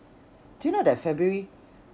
do you know that february